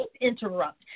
interrupt